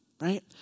right